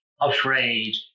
afraid